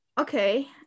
Okay